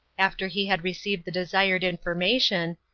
after he had received the desired information,